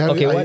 Okay